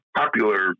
popular